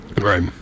right